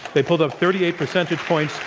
they pulled up thirty eight percentage points.